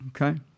okay